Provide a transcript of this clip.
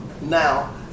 now